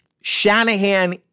Shanahan